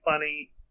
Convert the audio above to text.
funny